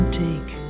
take